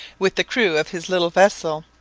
with the crew of his little vessel,